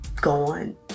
gone